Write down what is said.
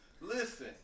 Listen